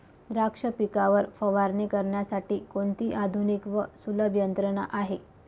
द्राक्ष पिकावर फवारणी करण्यासाठी कोणती आधुनिक व सुलभ यंत्रणा आहे?